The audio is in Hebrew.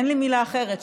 אין לי מילה אחרת,